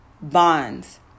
bonds